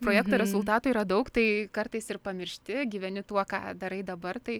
projekto rezultatų yra daug tai kartais ir pamiršti gyveni tuo ką darai dabar tai